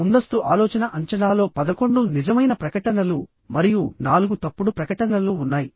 ముందస్తు ఆలోచన అంచనాలో 11 నిజమైన ప్రకటనలు మరియు 4 తప్పుడు ప్రకటనలు ఉన్నాయి